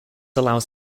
allows